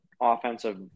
offensive